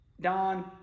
Don